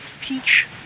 peach